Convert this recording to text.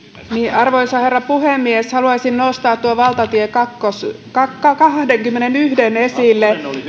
arvoisa herra puhemies haluaisin nostaa tuon valtatie kahdenkymmenenyhden esille